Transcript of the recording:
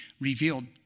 revealed